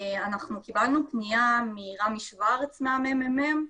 אנחנו קיבלנו פנייה מרמי שוורץ מהממ"מ